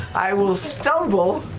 i will stumble,